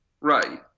right